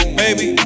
baby